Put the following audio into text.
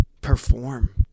Perform